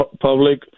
public